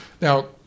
Now